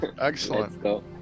excellent